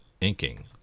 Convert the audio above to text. inking